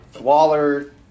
Waller